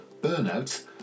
burnout